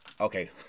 Okay